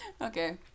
Okay